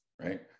right